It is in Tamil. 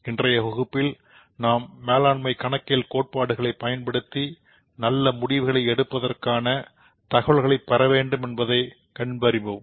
இன்றைய வகுப்பில் நாம் மேலாண்மை கணக்கியல் கோட்பாடுகளைப் பயன்படுத்தி நல்ல முடிவை எடுப்பதற்காக தகவல்களை பெறவேண்டும் என்பதை காண்போம்